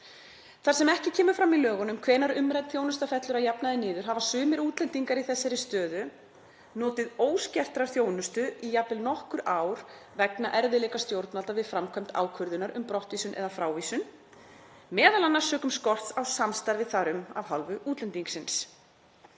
Þar sem ekki kemur fram í lögunum hvenær umrædd þjónusta fellur að jafnaði niður hafa sumir útlendingar í þessari stöðu notið óskertrar þjónustu í jafnvel nokkur ár vegna erfiðleika stjórnvalda við framkvæmd ákvörðunar um brottvísun eða frávísun, m.a. sökum skorts á samstarfi þar um af hálfu útlendingsins.“